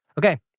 okay.